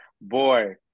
boy